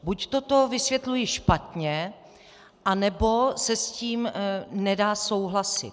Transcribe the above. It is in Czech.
Buď to vysvětluji špatně, anebo se s tím nedá souhlasit.